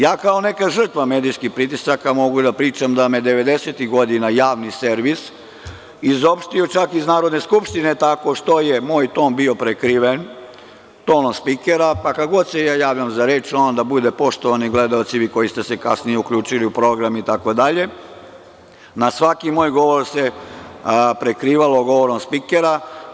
Ja kao neka žrtva medijskih pritisaka mogu da pričam da me je 90-tih godina Javni servis izopštio čak i iz Narodne skupštine tako što je moj ton bio prekriven tonom spikera, pa kada god se javim za reč onda bude – poštovani gledaoci, vi koji ste se kasnije uključili u program itd, svaki moj govor se prekrivao govorom spikera.